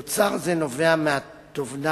תוצר זה נובע מהתובנה,